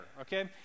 okay